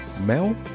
mel